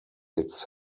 its